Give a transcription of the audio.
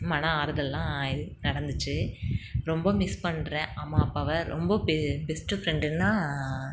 மனம் ஆறுதல்லாக நடந்துச்சு ரொம்ப மிஸ் பண்ணு ன் அம்மா அப்பாவை ரொம்ப பெ பெஸ்ட் ஃப்ரெண்டுனா